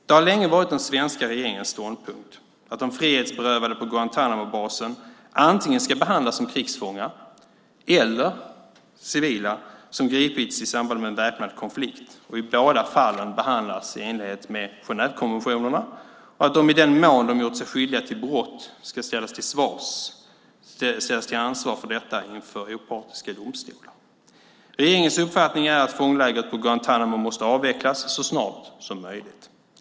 Det har länge varit den svenska regeringens ståndpunkt att de frihetsberövade på Guantánamobasen antingen ska behandlas som krigsfångar eller civila som gripits i samband med en väpnad konflikt och i båda fallen behandlas i enlighet med Genèvekonventionerna och att de i den mån de gjort sig skyldiga till brott ska ställas till ansvar för detta inför opartiska domstolar. Regeringens uppfattning är att fånglägret på Guantánamo måste avvecklas så snart som möjligt.